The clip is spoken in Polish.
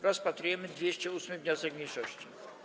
Rozpatrujemy 208. wniosek mniejszości.